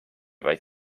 vaid